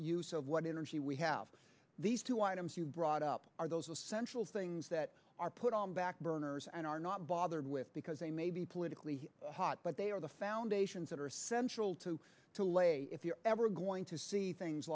use of what energy we have these two items you brought up are those essential things that are put on back burners and are not bothered with because they may be politically hot but they are the foundations that are essential to to lay if you're ever going to see things